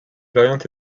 variante